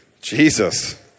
Jesus